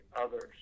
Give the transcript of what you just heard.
others